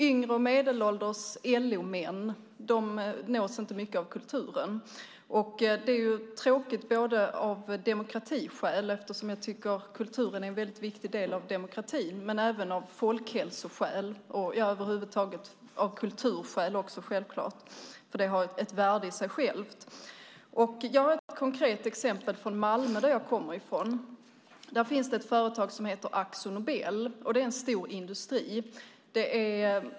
Yngre och medelålders LO-män nås alltså inte mycket att kulturen. Det är tråkigt både av demokratiskäl - jag tycker nämligen att kulturen är en väldigt viktig del av demokratin - och av folkhälsoskäl samt över huvud taget självklart av kulturskäl. Det har ett värde i sig självt. Jag har ett konkret exempel från Malmö, som jag kommer ifrån. Där finns ett företag som heter Akzo Nobel, och det är en stor industri.